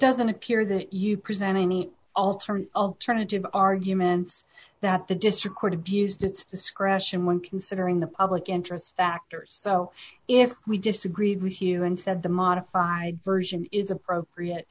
doesn't appear that you presented any alternative arguments that the district court of used its discretion when considering the public interest factors so if we disagreed with you and said the modified version is appropriate